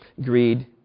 greed